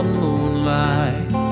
moonlight